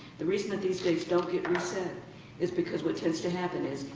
the reason that these dates don't get reset is because what tends to happen is,